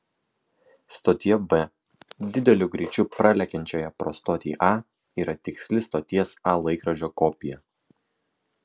stotyje b dideliu greičiu pralekiančioje pro stotį a yra tiksli stoties a laikrodžio kopija